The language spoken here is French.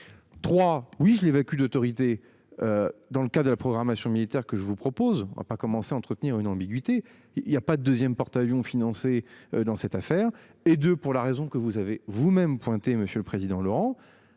Trois oui je l'évacue d'autorité. Dans le cas de la programmation militaire que je vous propose pas commencer entretenir une ambiguïté, il y a pas de 2ème porte-avions financés dans cette affaire et de pour la raison que vous avez vous même pointé monsieur le président, Laurent.